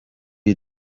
you